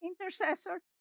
intercessor